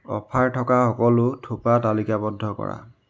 offer থকা সকলো থোপা তালিকাবদ্ধ কৰা